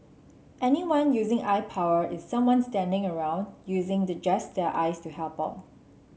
anyone using eye power is someone standing around using the just their eyes to help out